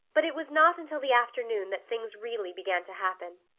but it was not until the afternoon that things really began to happen.